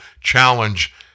challenge